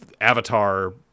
Avatar